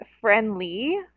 friendly